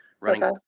running